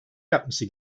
yapması